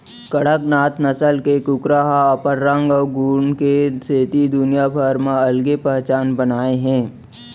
कड़कनाथ नसल के कुकरा ह अपन रंग अउ गुन के सेती दुनिया भर म अलगे पहचान बनाए हे